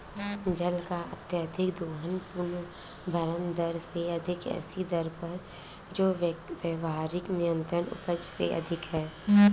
जल का अत्यधिक दोहन पुनर्भरण दर से अधिक ऐसी दर पर जो व्यावहारिक निरंतर उपज से अधिक है